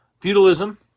feudalism